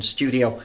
Studio